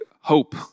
hope